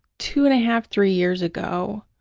two and a half, three years ago,